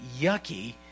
yucky